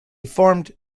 formed